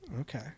Okay